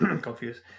confused